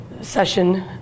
session